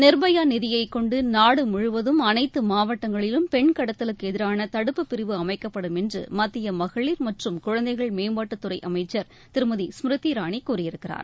நிர்பயா நிதியை கொண்டு நாடு முழுவதும் அனைத்து மாவட்டங்களிலும் பெண் கடத்தலுக்கு எதிரான தடுப்புப்பிரிவு அமைக்கப்படும் என்று மத்திய மகளிர் மற்றும் குழந்தைகள் மேம்பாட்டுத்துறை அமைச்சர் திருமதி ஸ்மிருதி இரானி கூறியிருக்கிறார்